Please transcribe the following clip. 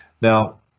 Now